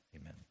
Amen